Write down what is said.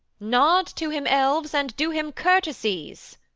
nod to him, elves, and do him courtesies.